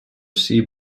sea